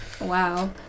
Wow